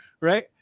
right